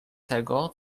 tego